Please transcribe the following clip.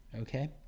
okay